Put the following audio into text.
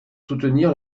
soutenir